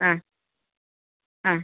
ആ ആ